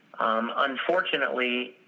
Unfortunately